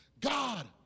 God